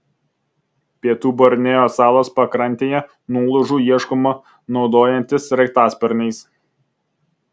pietų borneo salos pakrantėje nuolaužų ieškoma naudojantis sraigtasparniais